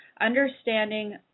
understanding